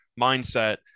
mindset